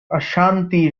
ashanti